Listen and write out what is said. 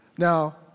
Now